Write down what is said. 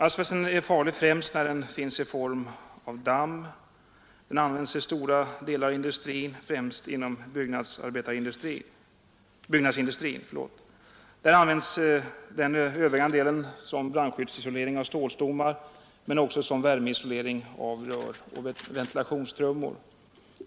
Asbest är farlig främst när den finns i form av damm. "Den används i stora delar av industrin, främst inom byggnadsindustri. Där används den övervägande delen som brandskyddsisolering av stålstommar men också som värmeisolering av rör och ventilationstrummor.